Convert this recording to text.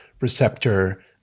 receptor